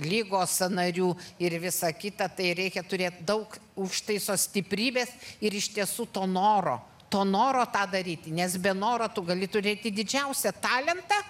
ligos sąnarių ir visa kita tai reikia turėt daug užtaiso stiprybės ir iš tiesų to noro to noro tą daryti nes be noro tu gali turėti didžiausią talentą